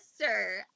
sir